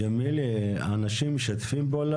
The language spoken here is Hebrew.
ג'מילה, אנשים משתפים פעולה?